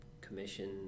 commission